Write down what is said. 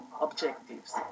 objectives